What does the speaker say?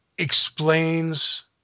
explains